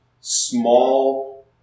small